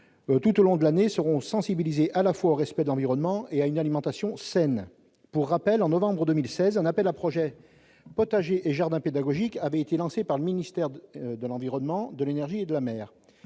tout au long de l'année seront sensibilisés à la fois au respect de l'environnement et à une alimentation saine. Pour rappel, en novembre 2016, un appel à projets « Potagers et jardins pédagogiques » avait été lancé par le ministère de l'environnement, de l'énergie et de la mer.